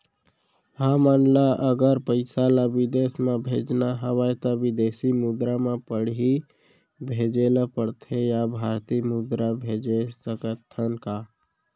हमन ला अगर पइसा ला विदेश म भेजना हवय त विदेशी मुद्रा म पड़ही भेजे ला पड़थे या भारतीय मुद्रा भेज सकथन का?